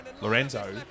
Lorenzo